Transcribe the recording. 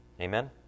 Amen